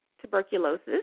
tuberculosis